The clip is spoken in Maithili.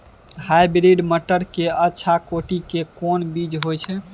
हाइब्रिड मटर के अच्छा कोटि के कोन बीज होय छै?